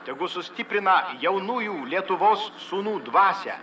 tegu sustiprina jaunųjų lietuvos sūnų dvasią